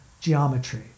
geometry